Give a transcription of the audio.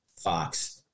Fox